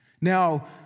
Now